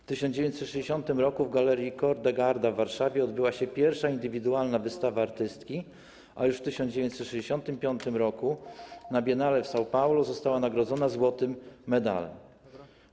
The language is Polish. W 1960 r. w Galerii Kordegarda w Warszawie odbyła się pierwsza indywidualna wystawa artystki, a już w 1965 r. na biennale w Sao Paulo została nagrodzona złotym medalem.